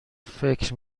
فکر